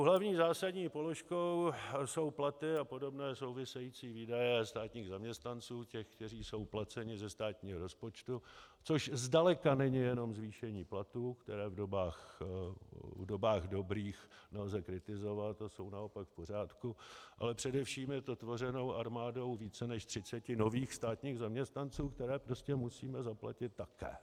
Hlavní zásadní položkou jsou platy a podobné související výdaje státních zaměstnanců, těch, kteří jsou placeni ze státního rozpočtu, což zdaleka není jenom zvýšení platů, které v dobách dobrých nelze kritizovat a jsou naopak v pořádku, ale především je to tvořeno armádou více než třiceti nových státních zaměstnanců, které prostě musíme zaplatit také.